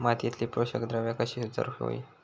मातीयेतली पोषकद्रव्या कशी सुधारुक होई?